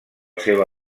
seva